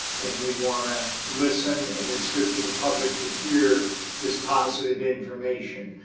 and we want to listen, and it's good for the public to hear this positive information.